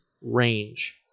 range